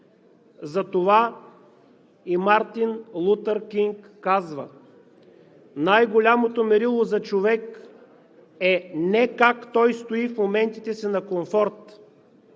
Затова и Мартин Лутър Кинг казва: „Най-голямото мерило за човек е не как той стои в моментите си на комфорт,